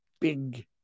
big